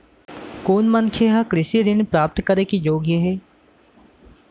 कोन मनखे ह कृषि ऋण प्राप्त करे के योग्य हे?